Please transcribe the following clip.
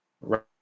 Right